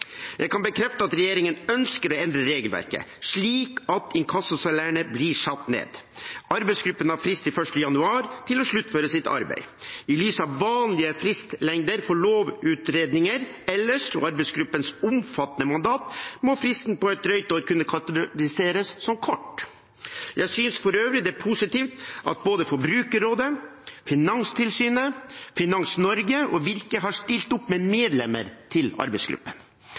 Jeg kan bekrefte at regjeringen ønsker å endre regelverket slik at inkassosalærene blir satt ned. Arbeidsgruppen har frist til 1. januar med å sluttføre sitt arbeid. I lys av vanlige fristlengder for lovutredninger ellers og arbeidsgruppens omfattende mandat må fristen på et drøyt år kunne kategoriseres som kort. Jeg synes for øvrig det er positivt at både Forbrukerrådet, Finanstilsynet, Finans Norge og Virke har stilt opp med medlemmer til arbeidsgruppen.